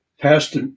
passed